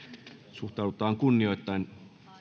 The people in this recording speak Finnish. suhtaudutaan kunnioittaen